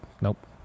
nope